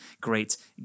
great